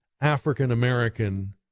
African-American